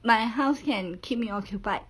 my house can keep me occupied